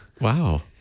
wow